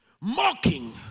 mocking